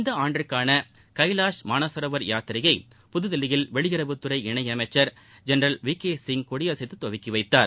இந்த ஆண்டிற்கான கைவாஷ் மானசரோவர் யாத்திரையை புதுதில்லியில் வெளியுறவு இணையமைச்சர் ஜெனரல் வி கே சிங் கொடியசைத்து துவக்கி வைத்தார்